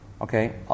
Okay